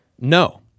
no